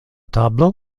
tablo